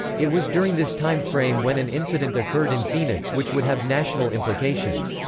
it was during this time frame when an incident occurred in phoenix which would have national implications.